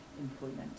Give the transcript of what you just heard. employment